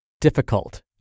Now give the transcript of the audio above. difficult